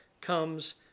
comes